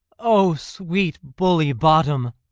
o sweet bully bottom!